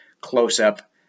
close-up